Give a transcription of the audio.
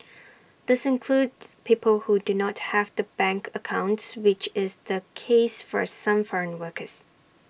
these includes people who do not have the bank accounts which is the case for some foreign workers